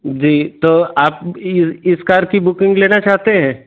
जी तो आप इस इस कार की बुकिंग लेना चाहते हैं